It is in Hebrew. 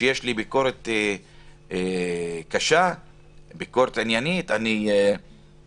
לי יש ביקורת קשה ועניינית על בית המשפט העליון,